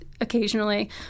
occasionally